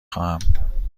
خواهم